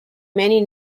many